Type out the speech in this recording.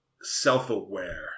self-aware